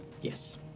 Yes